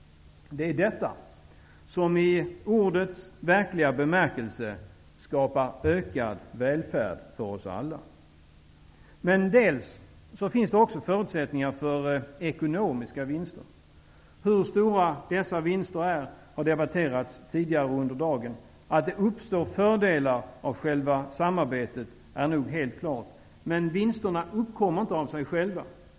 Det är detta som i ordets verkliga bemärkelse skapar ökad välfärd för oss alla. Det finns också förutsättningar för ekonomiska vinster. Det har tidigare under dagen debatterats hur stora dessa vinster är. Att det uppstår fördelar av själva samarbetet är nog helt klart. Men vinsterna uppkommer inte av sig själva.